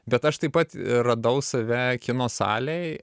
bet aš taip pat radau save kino salėj